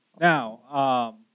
Now